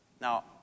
Now